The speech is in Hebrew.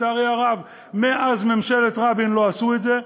לצערי הרב, מאז ממשלת רבין לא עשו את זה.